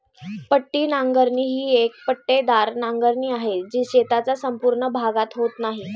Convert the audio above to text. पट्टी नांगरणी ही एक पट्टेदार नांगरणी आहे, जी शेताचा संपूर्ण भागात होत नाही